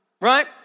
right